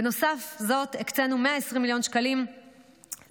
בנוסף לזאת הקצינו 120 מיליון שקלים למתקנים